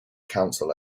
council